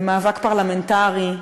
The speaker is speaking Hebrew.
למאבק פרלמנטרי.